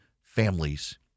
families